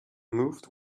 moved